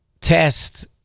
test